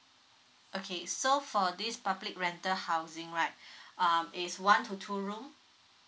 okay so for this public rental housing right um is one to two room